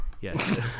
Yes